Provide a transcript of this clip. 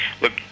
look